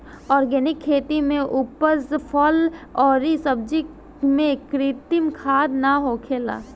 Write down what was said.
organic खेती से उपजल फल अउरी सब्जी में कृत्रिम खाद ना होखेला